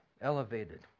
elevated